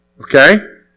Okay